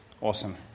Awesome